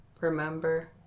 Remember